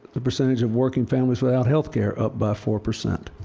the percentage of working families without health care up by four percent.